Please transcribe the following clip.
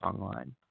online